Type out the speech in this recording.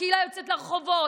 שקהילה יוצאת לרחובות.